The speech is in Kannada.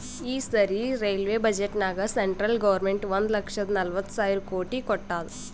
ಈ ಸರಿ ರೈಲ್ವೆ ಬಜೆಟ್ನಾಗ್ ಸೆಂಟ್ರಲ್ ಗೌರ್ಮೆಂಟ್ ಒಂದ್ ಲಕ್ಷದ ನಲ್ವತ್ ಸಾವಿರ ಕೋಟಿ ಕೊಟ್ಟಾದ್